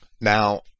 Now